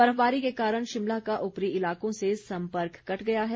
बर्फबारी के कारण शिमला का ऊपरी इलाकों से सम्पर्क कट गया है